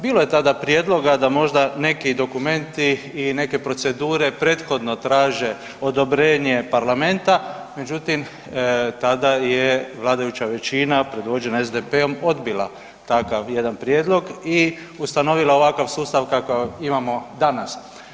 Bilo je tada prijedloga da možda neki dokumenti i neke procedure prethodno traže odobrenje parlamenta, međutim tada je vladajuća većina predvođena SDP-om odbila takav jedan prijedlog i ustanovala ovakav sustav kakav imamo danas.